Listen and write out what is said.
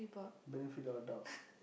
benefit of doubt